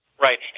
Right